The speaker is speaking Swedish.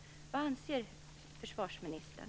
Vad anser försvarsministern?